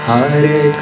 Hare